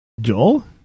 Joel